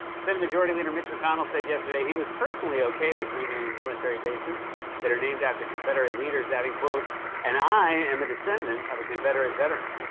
senate majority leader mitch mcconnell said yesterday he was personally okay with renaming military bases that are named after confederate leaders, adding, and i am a descendant of a confederate veteran.